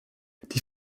die